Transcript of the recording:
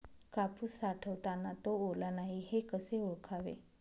कापूस साठवताना तो ओला नाही हे कसे ओळखावे?